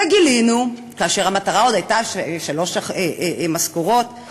וגילינו, כאשר המטרה עוד הייתה שלוש משכורות של